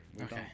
Okay